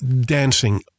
dancing